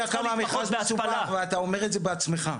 אתה יודע כמה המכרז מסובך ואתה אומר את זה בעצמך.